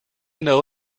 know